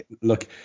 look